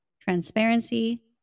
transparency